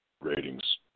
ratings